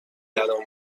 الان